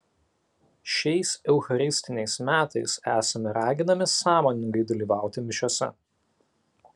šiais eucharistiniais metais esame raginami sąmoningai dalyvauti mišiose